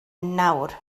nawr